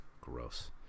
gross